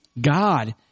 God